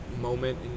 moment